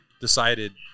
decided